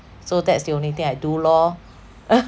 so that's the only thing I do lor